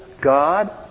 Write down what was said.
God